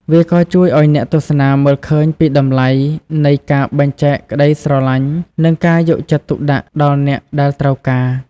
វាក៏ជួយឲ្យអ្នកទស្សនាមើលឃើញពីតម្លៃនៃការបែងចែកក្ដីស្រឡាញ់ និងការយកចិត្តទុកដាក់ដល់អ្នកដែលត្រូវការ។